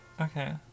Okay